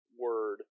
word